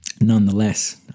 nonetheless